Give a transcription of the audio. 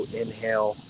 inhale